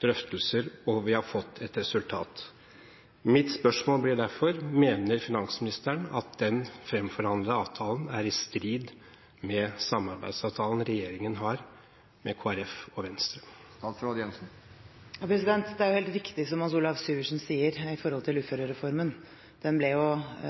drøftelser, og vi har fått et resultat. Mitt spørsmål blir derfor: Mener finansministeren at den fremforhandlede avtalen er i strid med samarbeidsavtalen regjeringen har med Kristelig Folkeparti og Venstre? Det er helt riktig som Hans Olav Syversen sier om uførereformen, at den ble